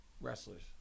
wrestlers